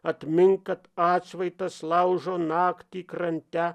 atmink kad atšvaitas laužo naktį krante